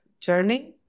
Journey